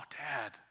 dad